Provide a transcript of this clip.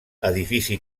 edifici